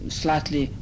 slightly